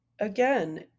again